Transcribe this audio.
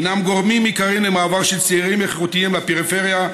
הינן גורמים עיקריים למעבר של צעירים איכותיים לפריפריה,